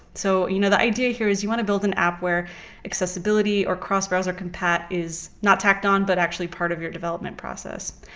so you know the idea here is you want to build an app where accessibility or cross-browser compat is not tacked on, but actually part of your development process.